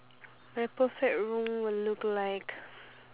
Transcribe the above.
my perfect room will look like